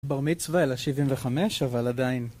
בר מצווה אלא שבעים וחמש, אבל עדיין.